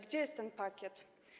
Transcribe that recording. Gdzie jest ten pakiet?